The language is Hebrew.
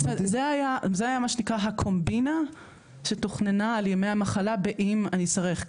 זה היה מה שנקרא הקומבינה שתוכננה על ימי המחלה באם אני אצטרך.